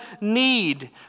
need